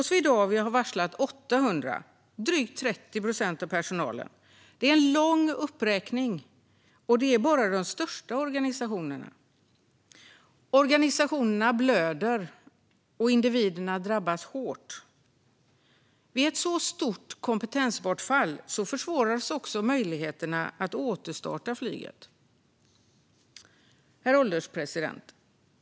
Swedavia har varslat 800, drygt 30 procent av personalen. Det är en lång uppräkning, och det är bara de största organisationerna. Organisationerna blöder, och individer drabbas hårt. Vid ett så stort kompetensbortfall försvåras också möjligheterna att återstarta flyget. Herr ålderspresident!